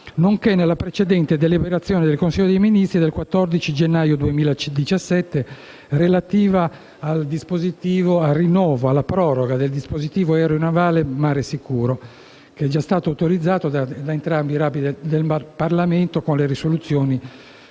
nonché nella precedente deliberazione del Consiglio dei ministri del 14 gennaio 2017, relativa alla proroga del dispositivo aeronavale Mare sicuro, già autorizzato da entrambi i rami del Parlamento con le risoluzioni